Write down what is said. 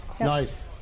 Nice